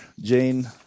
Jane